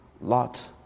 Lot